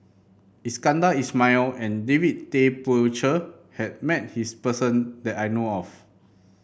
Iskandar Ismail and David Tay Poey Cher has met this person that I know of